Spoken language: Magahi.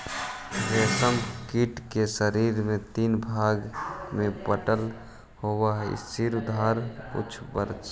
रेशम कीट के शरीर तीन भाग में बटल होवऽ हइ सिर, उदर आउ वक्ष